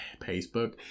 Facebook